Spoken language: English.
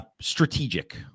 strategic